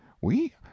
We